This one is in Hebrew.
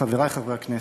חברי חברי הכנסת,